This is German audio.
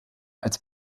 als